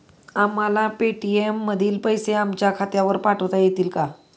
आम्हाला पेटीएम मधील पैसे आमच्या खात्यात पाठवता येतील का?